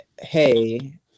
hey